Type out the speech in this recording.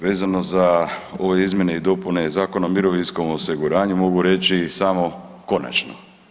Vezano za ove izmjene i dopune Zakona o mirovinskom osiguranju mogu reći samo - konačno.